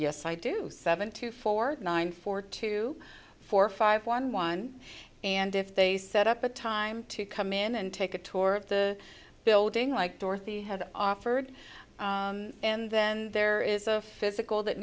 yes i do seven to four nine four two four five one one and if they set up a time to come in and take a tour of the building like dorothy have offered and then there is a physical that